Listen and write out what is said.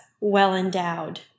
well-endowed